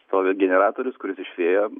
stovi generatorius kuris iš vėjo